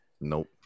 nope